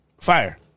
Fire